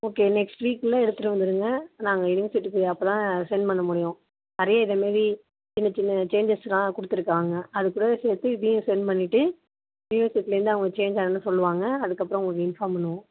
okay next வீக்குள்ளே எடுத்துட்டு வந்துடுங்க நாங்கள் யுனிவர்சிட்டிக்கு அப்போதான் செண்ட் பண்ணமுடியும் நிறைய இது மாரி சின்ன சின்ன சேஞ்சஸ்லாம் கொடுத்துருக்காங்க அதுக்கூட சேர்த்து இதையும் செண்ட் பண்ணிவிட்டு யுனிவர்சிட்டிலேருந்து அவங்க சேஞ்ச் ஆனோடன சொல்வாங்க அதுக்கப்புறம் உங்களுக்கு இன்ஃபார்ம் பண்ணுவோம்